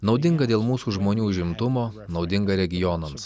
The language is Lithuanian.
naudinga dėl mūsų žmonių užimtumo naudinga regionams